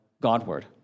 Godward